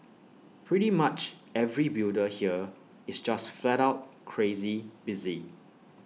pretty much every builder here is just flat out crazy busy